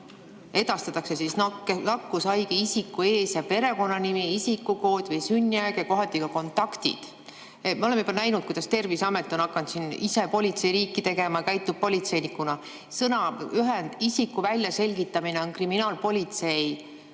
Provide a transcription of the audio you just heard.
edastatakse nakkushaige isiku ees- ja perekonnanimi, isikukood või sünniaeg ja kohati ka kontaktid. Me oleme juba näinud, kuidas Terviseamet on hakanud ise politseiriiki tegema, käitub politseinikuna. Sõnaühend "isiku väljaselgitamine" on kriminaalpolitsei